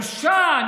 בושה.